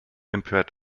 empört